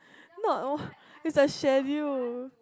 not what is a schedule